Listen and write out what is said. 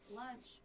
lunch